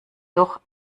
doch